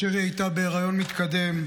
שהייתה בהיריון מתקדם,